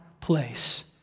place